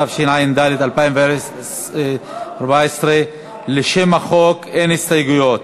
התשע"ד 2014. לשם החוק אין הסתייגויות.